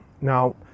now